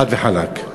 חד וחלק.